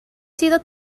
sido